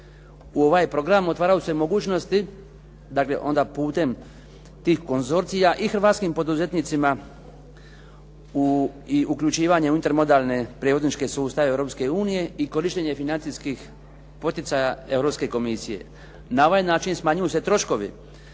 u ovaj program otvaraju se mogućnosti, dakle onda putem tih konzorcija i hrvatskim poduzetnicima i uključivanje u intermodalne prijevozničke sustave Europske unije i korištenje financijskih poticaja Europske komisije. Na ovaj način smanjuju se troškovi